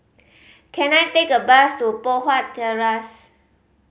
can I take a bus to Poh Huat Terrace